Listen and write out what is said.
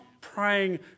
praying